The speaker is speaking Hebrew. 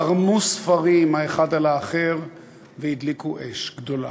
ערמו ספרים האחד על האחר והדליקו אש גדולה.